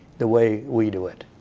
the way we do it.